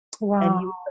wow